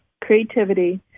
Creativity